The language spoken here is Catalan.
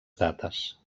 dates